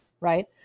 right